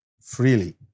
freely